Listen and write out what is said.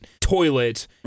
toilet